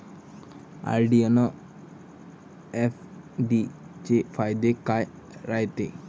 RD अन FD चे फायदे काय रायते?